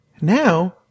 Now